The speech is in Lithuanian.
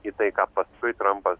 į tai ką paskui trampas